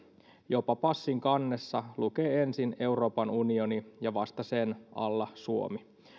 jopa passin kannessa lukee ensin euroopan unioni ja vasta sen alla suomi